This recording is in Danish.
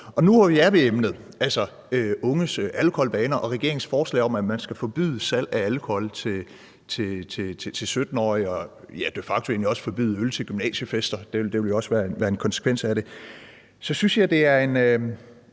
hvor vi er ved unges alkoholvaner og regeringens forslag om, at man skal forbyde salg af alkohol til 17-årige, og ja, de facto egentlig også skal forbyde øl til gymnasiefester, for det ville jo også være en konsekvens af det, vil jeg sige, at jeg synes,